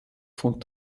von